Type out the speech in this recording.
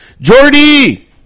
Jordy